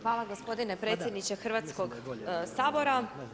Hvala gospodine predsjedniče Hrvatskog sabora.